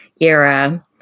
era